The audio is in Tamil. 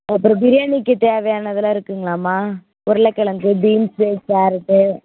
அப்புறோம் பிரியாணிக்கு தேவையானதுலாம் இருக்குங்களாம்மா உருளைக்கெளங்கு பீன்ஸு கேரட்டு